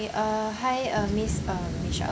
uh hi uh miss uh michelle